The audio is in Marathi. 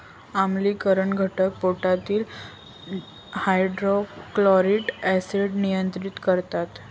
आम्लीकरण घटक पोटातील हायड्रोक्लोरिक ऍसिड नियंत्रित करतात